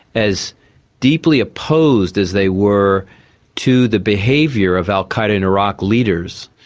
as deeply opposed as they were to the behaviour of al qaeda in iraq leaders,